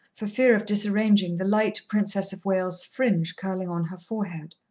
for fear of disarranging the light princess-of-wales' fringe curling on her forehead.